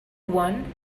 one